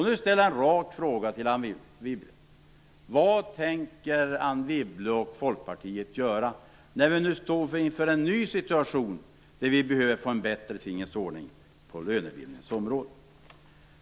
Nu ställer jag en rak fråga till Anne Wibble: Vad tänker Anne Wibble och Folkpartiet göra när vi nu står inför en ny situation där vi behöver få en bättre tingens ordning på lönebildningens område?